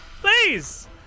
Please